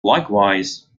likewise